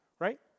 Right